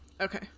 Okay